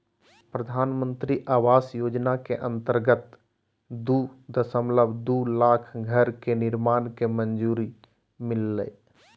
प्रधानमंत्री आवास योजना के अंतर्गत दू दशमलब दू लाख घर के निर्माण के मंजूरी मिललय